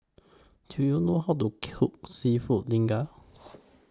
Do YOU know How to Cook Seafood